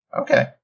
Okay